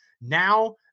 Now